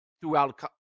throughout